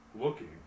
looking